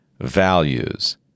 values